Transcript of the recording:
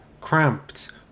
Cramped